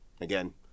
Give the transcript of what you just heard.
Again